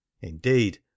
indeed